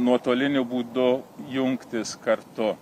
nuotoliniu būdu jungtis kartu